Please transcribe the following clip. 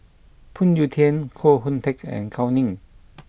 Phoon Yew Tien Koh Hoon Teck and Gao Ning